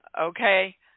Okay